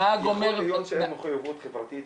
נהג אומר --- יכול להיות שאין מחויבות חברתית?